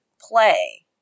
play